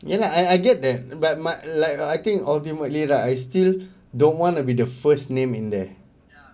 ya lah I I get that but my like I think ultimately right I still don't want to be the first name in there